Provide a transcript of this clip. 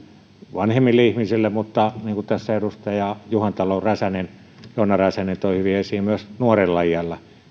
vanhemmille ihmisille mutta niin kuin tässä edustajat juhantalo ja joona räsänen toivat hyvin esiin myös nuorella iällä